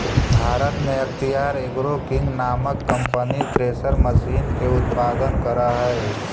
भारत में अख्तियार agro king नामक कम्पनी थ्रेसर मशीन के उत्पादन करऽ हई